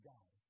God